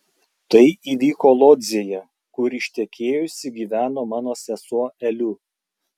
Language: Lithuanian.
tai įvyko lodzėje kur ištekėjusi gyveno mano sesuo eliu